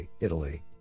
Italy